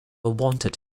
wanted